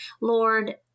Lord